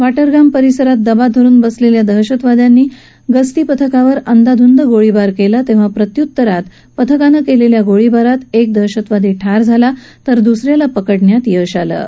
वाटरगाम परिसरात दबा धरुन बसलेल्या दहशतवाद्यांनी गस्तीपथकावर अंदाधुंद गोळीबार केला तेव्हा प्रत्युत्तरात पथकानं केलेल्या गोळीबारात एक दहशतवादी ठार झाला तर दुस याला पकडण्यात यश आलं आहे